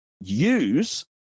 use